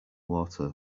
water